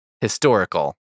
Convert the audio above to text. historical